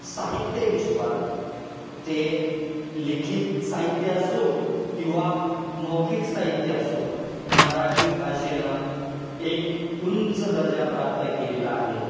साहित्य विश्वात ते लिखित साहित्य असो किंवा मौखिक साहित्य असो मराठी भाषेनं एक उंच दर्जा प्राप्त केलेला आहे